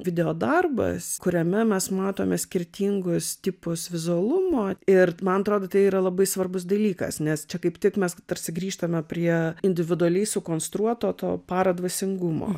video darbas kuriame mes matome skirtingus tipus vizualumo ir man atrodo tai yra labai svarbus dalykas nes čia kaip tik mes tarsi grįžtame prie individualiai sukonstruoto to paradvasingumo